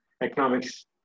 economics